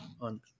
on